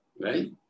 right